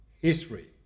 History